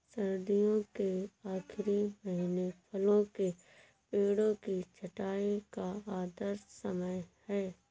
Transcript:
सर्दियों के आखिरी महीने फलों के पेड़ों की छंटाई का आदर्श समय है